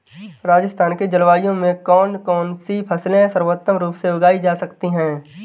राजस्थान की जलवायु में कौन कौनसी फसलें सर्वोत्तम रूप से उगाई जा सकती हैं?